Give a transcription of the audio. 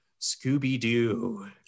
Scooby-Doo